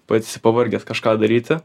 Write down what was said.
pats esi pavargęs kažką daryti